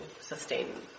sustain